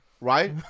right